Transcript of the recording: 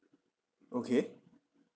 okay